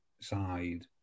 side